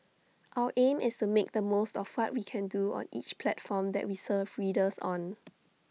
our aim is to make the most of what we can do on each platform that we serve readers on